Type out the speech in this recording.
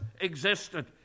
existed